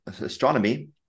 astronomy